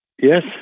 Yes